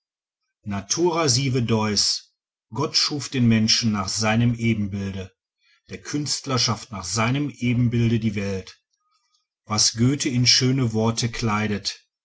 sive deus gott schuf den menschen nach seinem ebenbilde der künstler schafft nach seinem ebenbilde die welt was goethe in die schönen worte kleidet